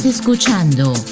Escuchando